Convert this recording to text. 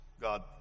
God